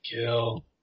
kill